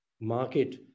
market